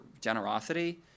generosity